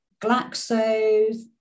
Glaxo